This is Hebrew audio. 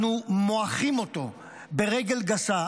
אנחנו מועכים אותו ברגל גסה.